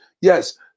Yes